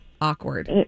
Awkward